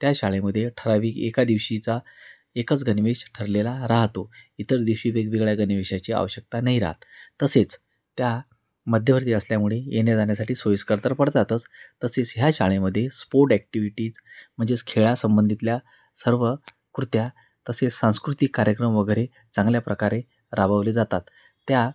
त्या शाळेमध्ये ठराविक एका दिवशीचा एकच गणवेश ठरलेला राहतो इतर दिवशी वेगवेगळ्या गणवेशाची आवश्यकता नाही राहत तसेच त्या मध्यवर्ती असल्यामुळे येण्याजाण्यासाठी सोईस्कर तर पडतातच तसेच ह्या शाळेमध्ये स्पोर्ट ॲक्टिव्हिटीज म्हणजेच खेळा संबंधितल्या सर्व कृत्या तसेच सांस्कृतिक कार्यक्रम वगैरे चांगल्या प्रकारे राबवले जातात त्यात